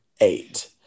eight